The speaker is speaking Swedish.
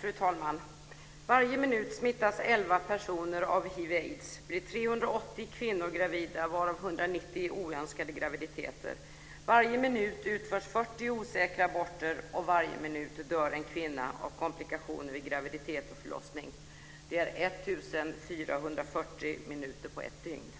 Fru talman! Varje minut smittas 11 personer av hiv/aids och blir 380 kvinnor gravida, varav 190 med oönskade graviditeter. Varje minut utförs 40 osäkra aborter, och varje minut dör en kvinna av komplikationer vid graviditet och förlossning. Det är 1 440 minuter på ett dygn.